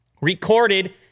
recorded